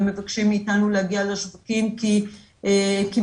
ומבקשים מאיתנו להגיע לשווקים כי מנסים,